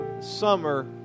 summer